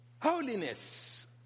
Holiness